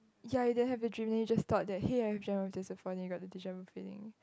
ya you don't have the dream you just thought that hey I've dreamt of this before then you got the deja vu feeling